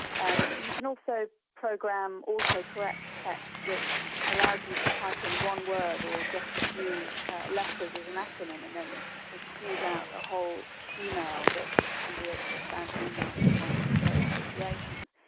um you can also program auto-correct text which allows you to type in one word or just a few letters of an acronym and then it spews out the whole email that can be a standard email response to certain situations.